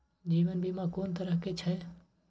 जीवन बीमा कोन तरह के छै?